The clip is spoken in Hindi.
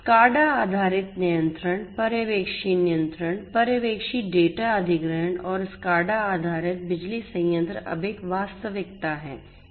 SCADA आधारित नियंत्रण पर्यवेक्षी नियंत्रण पर्यवेक्षी डेटा अधिग्रहण और SCADA आधारित बिजली संयंत्र अब एक वास्तविकता हैं